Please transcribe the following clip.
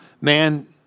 Man